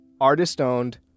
Artist-owned